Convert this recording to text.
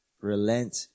relent